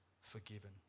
forgiven